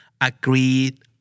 Agreed